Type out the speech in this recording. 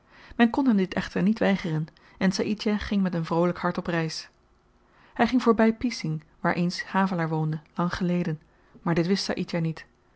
men kon hem dit echter niet weigeren en saïdjah ging met een vroolyk hart op reis hy ging voorby pising waar eens havelaar woonde lang geleden maar dit wist saïdjah niet